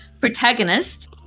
protagonist